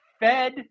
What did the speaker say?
Fed